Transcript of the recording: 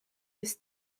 his